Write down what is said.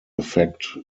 effect